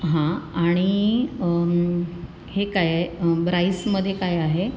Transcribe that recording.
हां आणि हे काय आहे राईसमध्ये काय आहे